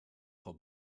frau